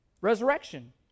Resurrection